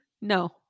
No